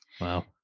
Wow